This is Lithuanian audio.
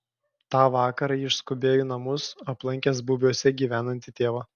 tą vakarą jis skubėjo į namus aplankęs bubiuose gyvenantį tėvą